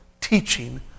teaching